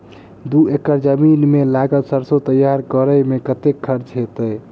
दू एकड़ जमीन मे लागल सैरसो तैयार करै मे कतेक खर्च हेतै?